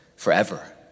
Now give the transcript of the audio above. Forever